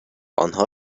انها